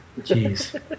Jeez